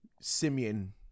Simeon